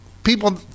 People